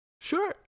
Sure